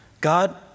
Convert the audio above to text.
God